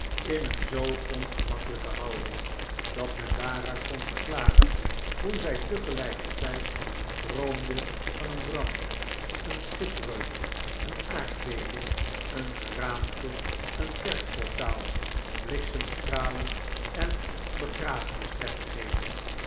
in een zoo ongemakkelijke houding dat men daaruit kon verklaren hoe zg tegelijkertgd droomde van een brand een schipbreuk een aardbeving een geraamte een kerkportaal bliksemstralen en